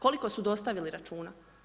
Koliko su dostavili računa?